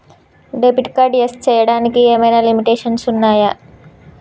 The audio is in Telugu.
డెబిట్ కార్డ్ యూస్ చేయడానికి ఏమైనా లిమిటేషన్స్ ఉన్నాయా?